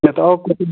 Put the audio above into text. नहि तऽ आउ कोनो दिन